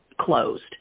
closed